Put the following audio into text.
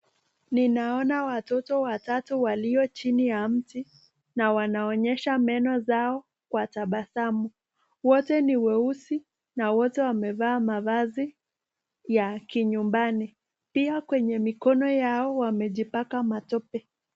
Ninaona watoto watatu waliochini ya mti na wanaonyesha meno zao Kwa tapasamu wote ni weusi na wote wamevaa mafasi ya kinyumbani pia kwenye mikono yao wamejipaka matope.